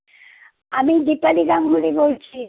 আমি দীপালি গাঙ্গুলি বলছি